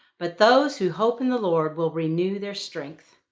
but those who hope in the lord will renew their strength.